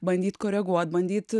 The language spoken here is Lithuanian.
bandyt koreguot bandyt